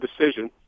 decision